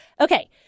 okay